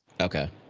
Okay